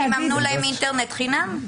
שיממנו להם אינטרנט חינם?